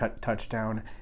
touchdown